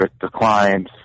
declines